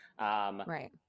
Right